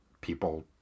people